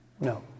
No